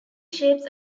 shapes